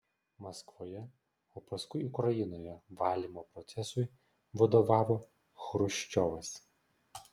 maskvoje o paskui ukrainoje valymo procesui vadovavo chruščiovas